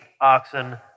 oxen